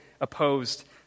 opposed